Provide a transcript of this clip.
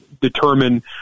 determine